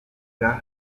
bwa